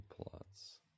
plots